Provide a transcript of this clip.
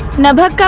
nabhagh